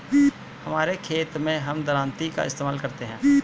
हमारे खेत मैं हम दरांती का इस्तेमाल करते हैं